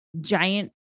giant